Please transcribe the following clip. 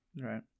right